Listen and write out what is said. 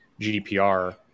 GDPR